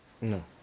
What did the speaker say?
No